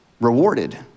rewarded